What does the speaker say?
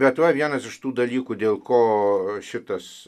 bet va vienas iš tų dalykų dėl ko šitas